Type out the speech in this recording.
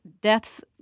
deaths